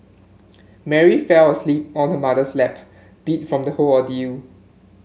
Mary fell asleep on her mother's lap beat from the whole ordeal